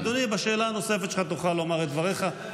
אדוני, בשאלה הנוספת שלך תוכל לומר את דבריך.